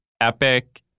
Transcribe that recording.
epic